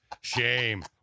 Shame